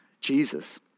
Jesus